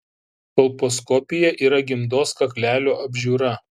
kolposkopija yra gimdos kaklelio apžiūra